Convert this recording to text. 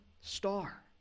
star